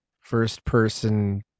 first-person